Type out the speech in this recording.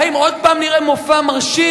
האם עוד פעם נראה מופע מרשים,